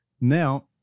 now –